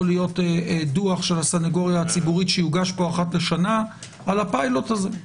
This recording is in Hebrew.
יכול להיות דוח של הסנגוריה הציבורית שיוגש פה אחת לשנה על הפילוט הזה.